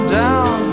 down